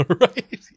Right